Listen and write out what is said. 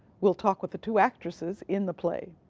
we'll talk with the two actresses in the play.